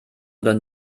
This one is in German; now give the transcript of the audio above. oder